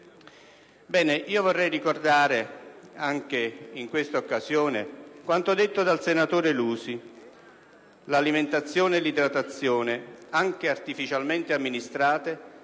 della vita. Vorrei ricordare anche in quest'occasione quanto detto dal senatore Lusi: «L'alimentazione e l'idratazione, anche artificialmente amministrate,